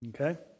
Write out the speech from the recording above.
Okay